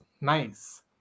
nice